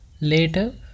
Later